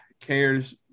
cares